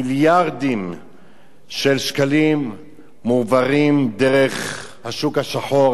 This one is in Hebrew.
מיליארדים של שקלים מועברים דרך השוק השחור,